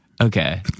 Okay